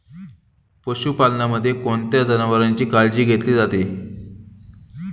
पशुपालनामध्ये कोणत्या जनावरांची काळजी घेतली जाते?